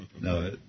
No